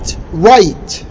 right